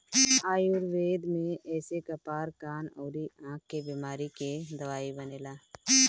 आयुर्वेद में एसे कपार, कान अउरी आंख के बेमारी के दवाई बनेला